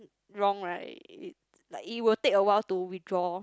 wrong right like it will a while to withdraw